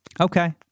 Okay